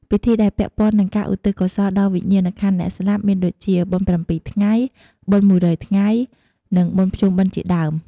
ពិធីដែលពាក់ព័ន្ធនឹងការឧទ្ទិសកុសលដល់វិញ្ញាណក្ខន្ធអ្នកស្លាប់ មានដូចជា បុណ្យប្រាំពីរថ្ងែ បុណ្យមួយរយថ្ងៃ និង បុណ្យភ្ជុំបិណ្ឌ ជាដើម។